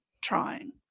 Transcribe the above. trying